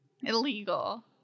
Illegal